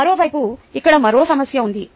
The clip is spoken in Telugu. మరోవైపు ఇక్కడ మరో సమస్య ఉంది